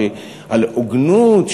על הוגנות,